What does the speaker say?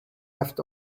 left